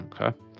Okay